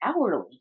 hourly